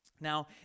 Now